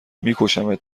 میکشمت